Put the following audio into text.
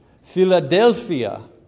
Philadelphia